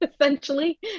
essentially